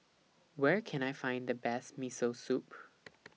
Where Can I Find The Best Miso Soup